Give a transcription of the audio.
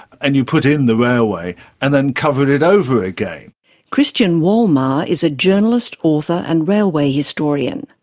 and you put in the railway and then covered it over again. christian wolmar is a journalist, author, and railway historian.